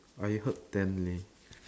I heard ten leh